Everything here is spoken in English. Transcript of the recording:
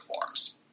forms